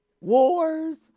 wars